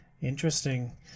interesting